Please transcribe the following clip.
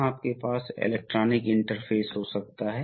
तो आइए देखें कि हम ऐसा कैसे कर सकते हैं